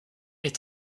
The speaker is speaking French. est